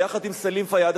ביחד עם סלאם פיאד,